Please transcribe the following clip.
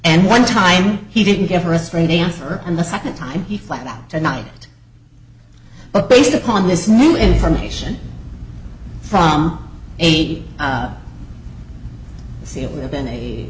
and one time he didn't give her a straight answer and the second time he flat out tonight based upon this new information from aig see it would have been a